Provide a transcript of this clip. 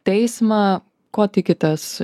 teismą ko tikitės